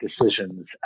decisions